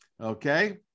Okay